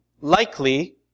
likely